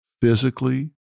physically